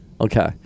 Okay